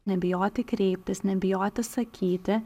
nebijoti kreiptis nebijoti sakyti